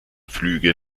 flüge